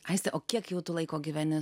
aistė o kiek jau to laiko gyveni